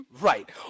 Right